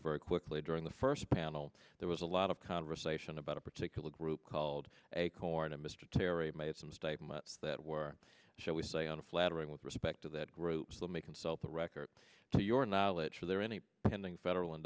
quickly during the first panel there was a lot of conversation about a particular group called acorn and mr terry made some statements that were shall we say on a flattering with respect to that group so may consult the record to your knowledge there any pending federal and